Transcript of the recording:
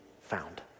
found